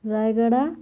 Rayagada